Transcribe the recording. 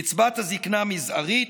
קצבת הזקנה מזערית,